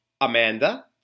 Amanda